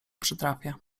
przytrafia